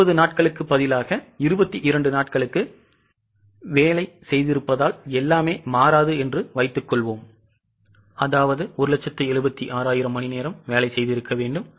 20 நாட்களுக்கு பதிலாக 22 நாட்களுக்கு வேலை செய்திருப்பதால் எல்லாமே மாறாது என்று வைத்துக்கொள்வோம் அதாவது 176000 மணிநேரம் வேலை செய்திருக்க வேண்டும்